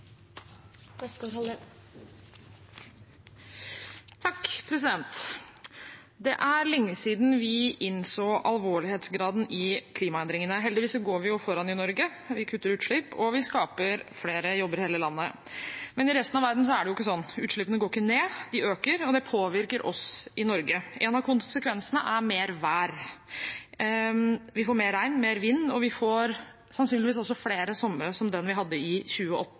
lenge siden vi innså alvorlighetsgraden i klimaendringene. Heldigvis går vi foran i Norge – vi kutter utslipp, og vi skaper flere jobber i hele landet. Men i resten av verden er det ikke sånn. Utslippene går ikke ned, de øker, og det påvirker oss i Norge. En av konsekvensene er mer vær. Vi får mer regn, mer vind, og vi får sannsynligvis også flere somre som den vi hadde i 2018